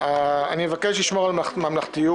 אני מבקש לשמור על ממלכתיות